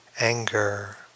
anger